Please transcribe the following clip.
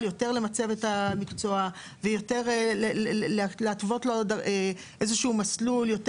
יותר למצב את המקצוע ויותר להתוות לו איזשהו מסלול יותר